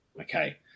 okay